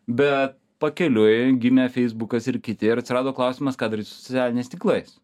be pakeliui gimė feisbukas ir kiti ir atsirado klausimas ką daryt su socialiniais tinklais